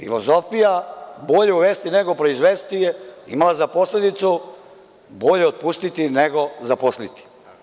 Filozofija – bolje uvesti nego proizvesti, imala je za posledicu – bolje otpustiti nego zaposliti.